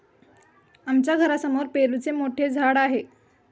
आमच्या घरासमोर पेरूचे मोठे झाड आहे